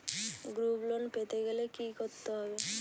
Group loan পেতে গেলে কি করতে হবে?